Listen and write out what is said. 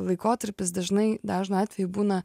laikotarpis dažnai dažnu atveju būna